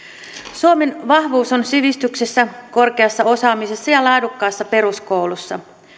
suomen vahvuus on sivistyksessä korkeassa osaamisessa ja laadukkaassa peruskoulussa